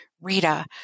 rita